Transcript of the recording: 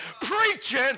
Preaching